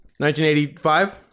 1985